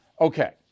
Okay